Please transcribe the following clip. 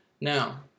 now